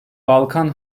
balkan